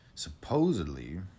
Supposedly